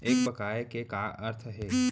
एक बकाया के का अर्थ हे?